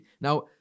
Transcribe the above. Now